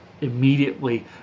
immediately